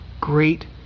great